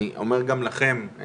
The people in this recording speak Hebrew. אני אומר גם לכם,